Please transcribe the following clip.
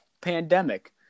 pandemic